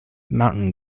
mountain